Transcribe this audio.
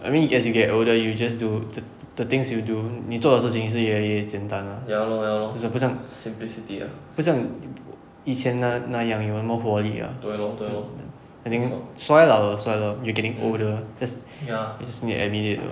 I mean as you get older you just do the the things you do 你做的事情是越来越简单 ah 就不像不像以前那那样有那么活力 ah 就 I think 摔老的摔 lor you getting older that's needs to be admit it ah